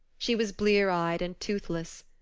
she was blear-eyed and toothless.